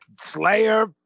Slayer